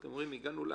הגענו להסכמה,